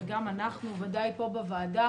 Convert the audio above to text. וגם אנחנו ודאי פה בוועדה,